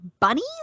bunnies